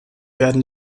werden